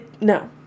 No